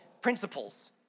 principles